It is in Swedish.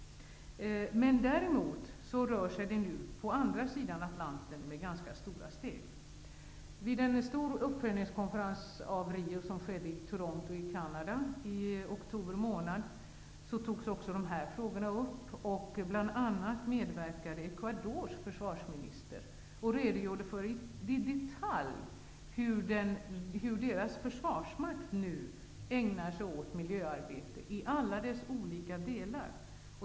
Däremot tas nu ganska stora steg på andra sidan av Atlanten. Riokonferensen, som ägde rum i Toronto i Kanada i oktober månad, togs dessa frågor upp. Bl.a. medverkade Ecuadors försvarsminister. Han redogjorde i detalj för hur deras förvarsmakt nu ägnar sig åt miljöarbete i alla dess olika delar.